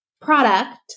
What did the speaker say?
product